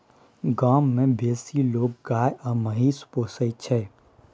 गाम मे बेसी लोक गाय आ महिष पोसय छै